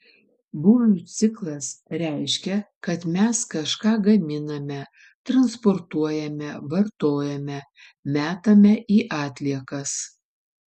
būvio ciklas reiškia kad mes kažką gaminame transportuojame vartojame metame į atliekas